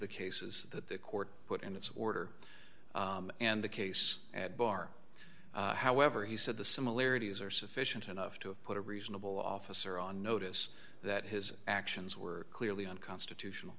the cases that the court put in its order and the case at bar however he said the similarities are sufficient enough to have put a reasonable officer on notice that his actions were clearly unconstitutional